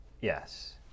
yes